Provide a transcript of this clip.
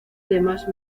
además